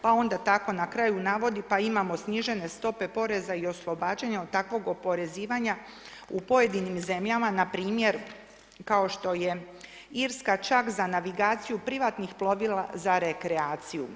Pa onda tako na kraju navodi, pa imamo snižene stope poreza i oslobađanja od takvog oporezivanja u pojedinim zemljama npr. kao što je Irska čak za navigaciju privatnih plovila za rekreaciju.